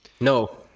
No